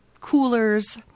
coolers